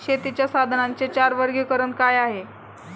शेतीच्या साधनांचे चार वर्गीकरण काय आहे?